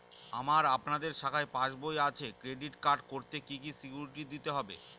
আমার আপনাদের শাখায় পাসবই আছে ক্রেডিট কার্ড করতে কি কি সিকিউরিটি দিতে হবে?